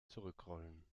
zurückrollen